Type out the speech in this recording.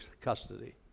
custody